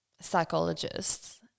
psychologists